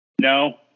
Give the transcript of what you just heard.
No